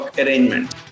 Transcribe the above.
arrangement